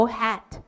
hat